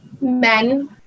men